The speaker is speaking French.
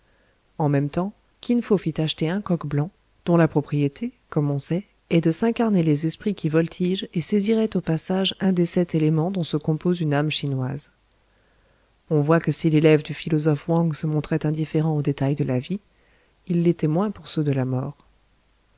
en même temps kin fo fit acheter un coq blanc dont la propriété comme on sait est de s'incarner les esprits qui voltigent et saisiraient au passage un des sept éléments dont se compose une âme chinoise on voit que si l'élève du philosophe wang se montrait indifférent aux détails de la vie il l'était moins pour ceux de la mort